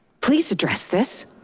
please address this.